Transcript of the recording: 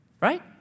right